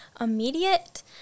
immediate